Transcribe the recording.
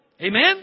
Amen